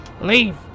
Leave